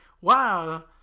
wow